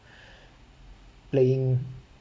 playing